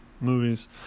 movies